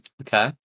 Okay